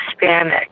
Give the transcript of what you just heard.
Hispanic